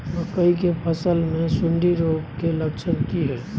मकई के फसल मे सुंडी रोग के लक्षण की हय?